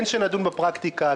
כן שנדון בפרקטיקה,